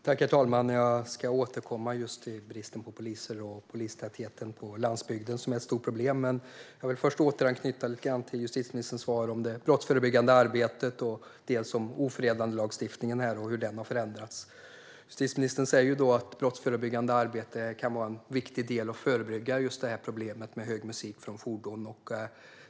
Herr talman! Jag ska återkomma till bristen på poliser och polistätheten på landsbygden som är ett stort problem. Men jag vill först återanknyta lite grann till justitieministerns svar om det brottsförebyggande arbetet, hur ofredandelagstiftningen är och hur den har förändrats. Justitieministern säger att brottsförebyggande arbete kan vara en viktig del för att förebygga problemet med hög musik från fordon.